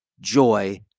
joy